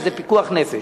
שזה פיקוח נפש.